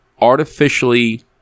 artificially